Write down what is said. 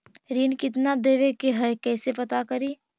ऋण कितना देवे के है कैसे पता करी?